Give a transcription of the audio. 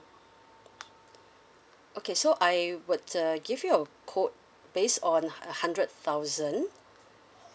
okay so I would uh give you a quote base on a hundred thousand